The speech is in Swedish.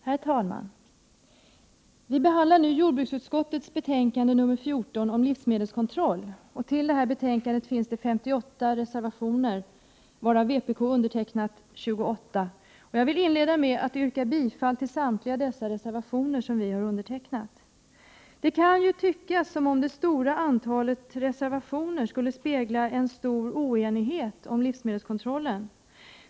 Herr talman! Vi behandlar nu jordbruksutskottets betänkande 14 om livsmedelskontroll. Till detta betänkande är 58 reservationer fogade, av vilka vpk har undertecknat 28. Jag inleder med att yrka bifall till samtliga reservationer som vpk har undertecknat. Det kan tyckas som om det stora antalet reservationer skulle spegla en stor oenighet om livsmedelskontrollen.